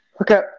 Okay